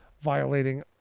violating